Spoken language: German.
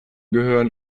gehören